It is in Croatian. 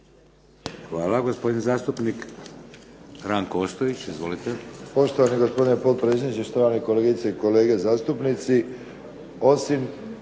Hvala. Gospodin zastupnik Ranko Ostojić. Izvolite.